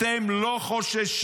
אתם לא חוששים